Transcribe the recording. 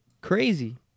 Crazy